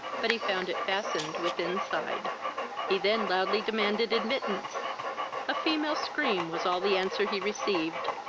but he found it fastened within side he then loudly demanded admittance a female scream was all the answer he received.